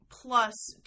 Plus